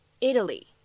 Italy